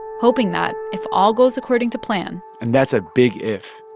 hoping that if all goes according to plan. and that's a big if.